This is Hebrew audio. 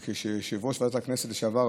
וכשיושב-ראש ועדת הכנסת לשעבר,